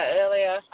earlier